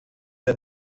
der